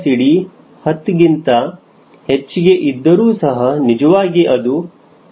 CLCD 10ಗಿಂತ ಹೆಚ್ಚಿಗೆ ಇದ್ದರೂ ಸಹ ನಿಜವಾಗಿ ಅದು 15 20 ಆಗಿರುತ್ತದೆ